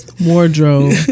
wardrobe